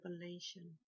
revelation